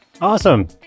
Awesome